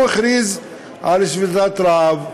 הוא הכריז על שביתת רעב.